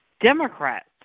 Democrats